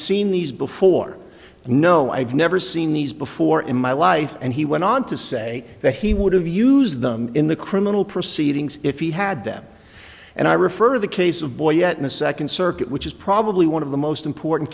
seen these before no i have never seen these before in my life and he went on to say that he would have used them in the criminal proceedings if he had them and i refer to the case of boy yet in the second circuit which is probably one of the most important